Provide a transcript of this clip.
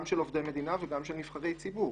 גם של עובדי מדינה וגם של נבחרי ציבור.